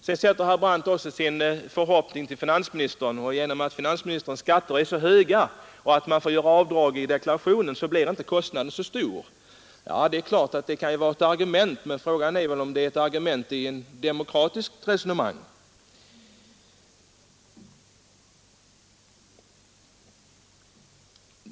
Sedan satte herr Brandt också sin förhoppning till finansministern och sade att genom att finansministerns skatter är så höga och man får göra avdrag för dem i deklarationen så blir kostnaderna inte så stora. Det kan ju vara ett argument, men frågan är väl om det är ett argument i ett demokratiskt resonemang.